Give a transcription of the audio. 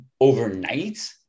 overnight